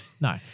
No